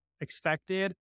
expected